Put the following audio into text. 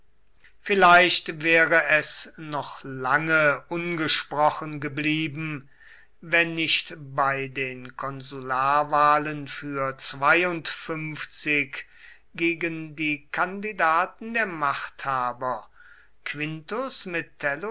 vielleicht wäre es noch lange ungesprochen geblieben wenn nicht bei den konsularwahlen für gegen die kandidaten der machthaber quintus